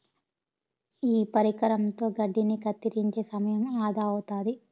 ఈ పరికరంతో గడ్డిని కత్తిరించే సమయం ఆదా అవుతాది